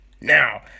Now